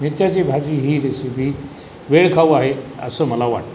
मिरच्याची भाजी ही रेसिपी वेळखाऊ आहे असं मला वाटते